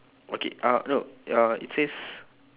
okay uh no uh it says